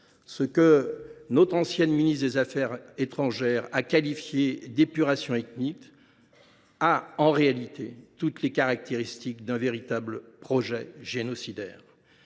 Ce que notre ancienne ministre des affaires étrangères a qualifié d’« épuration ethnique » a, en réalité, toutes les caractéristiques d’un véritable projet génocidaire.